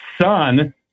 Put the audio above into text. son